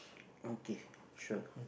okay sure